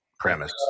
premise